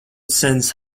since